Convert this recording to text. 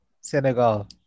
Senegal